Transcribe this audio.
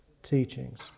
teachings